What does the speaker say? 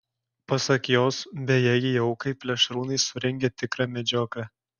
pasak jos bejėgei aukai plėšrūnai surengė tikrą medžioklę